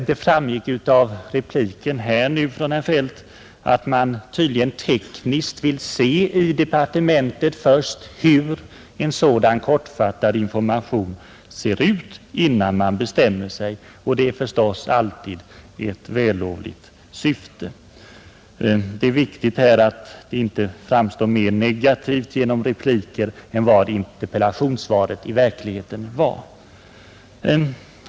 Det framgick av repliken från herr Feldt att man tydligen tekniskt först vill se i departementet hur en sådan kortfattad information skulle se ut, innan man bestämmer sig, och det är förstås alltid vällovligt. Det är viktigt att beskedet inte framstår som mera negativt i repliker än vad interpellationssvaret i verkligheten var.